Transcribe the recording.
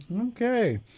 Okay